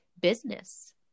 business